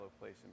place